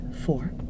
Four